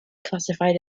classified